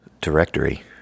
directory